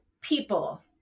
people